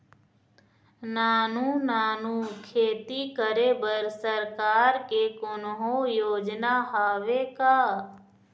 नानू नानू खेती करे बर सरकार के कोन्हो योजना हावे का?